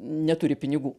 neturi pinigų